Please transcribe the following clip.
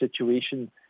situation